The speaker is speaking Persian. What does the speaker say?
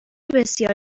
بسیار